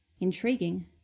Intriguing